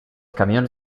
camions